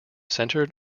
centred